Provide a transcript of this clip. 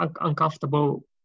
uncomfortable